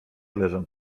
leżą